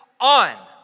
on